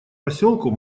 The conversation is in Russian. поселку